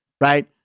right